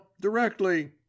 directly